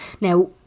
Now